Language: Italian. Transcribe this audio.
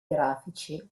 grafici